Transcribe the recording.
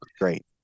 Great